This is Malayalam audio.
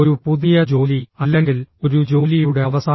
ഒരു പുതിയ ജോലി അല്ലെങ്കിൽ ഒരു ജോലിയുടെ അവസാനം